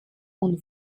und